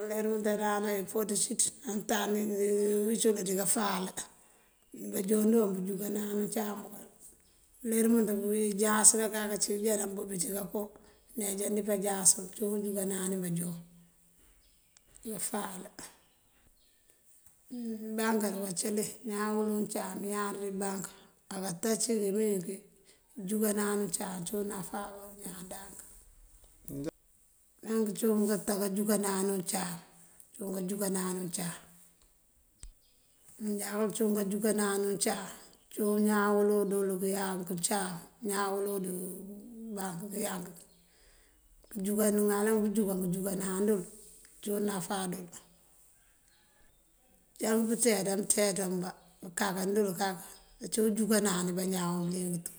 Uler umëënţandánawun ipoţ cíí nëëntan, nëësunk ţí káafal. Báanjoon doon bëënjunkanan uncáam bëkël. Uler umëënţun injaas kákaan cí, unjá námbëëmbi ţinko nëëneejan dí páanjaas. Cíwun unjunkanani baanjoon pëëfáal. Bank aruwa cili, iñaan wëlu uncáam këyar dí bank á kaţa cí kí mëëwiki junkëënan uncáam ţí náfá iñaan dank. bank cun kaţa káanjunkanani uncáam, cun káanjunkanani uncáam. Ma jáwun cun káanjunkanani uncáam, cun iñaan wëlu dël këëyank uncáam, iñaan wëlu dí bank këëyank. Mëëŋalëba pëënjunkanan këënjunkanan dël, cíwun náfá dël. Mëëyank pëënţeenţ, amëënţeenţ ambá këënkáankan dël kak. Ací unjunkëënani bañaan bëliyëng tú.